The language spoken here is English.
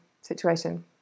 situation